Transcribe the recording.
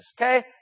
Okay